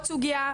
עוד סוגייה,